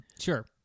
Sure